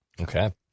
Okay